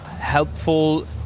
helpful